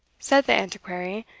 said the antiquary,